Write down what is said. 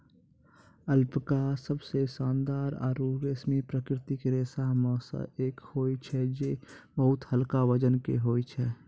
alpaca सबसें शानदार आरु रेशमी प्राकृतिक रेशा म सें एक होय छै जे बहुत हल्का वजन के होय छै